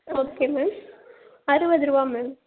okay ma'am அறுபதுருவா ma'am